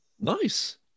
nice